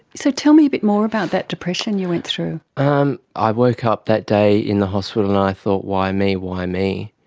so tell me a bit more about that depression you went through. um i woke up that day in the hospital and i thought why me, why me?